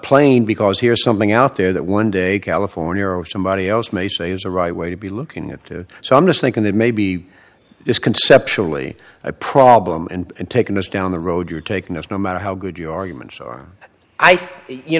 plain because here is something out there that one day california or somebody else may say is a right way to be looking at to so i'm just thinking that maybe this conceptually a problem and taken us down the road you are taking us no matter how good your arguments are i